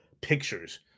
pictures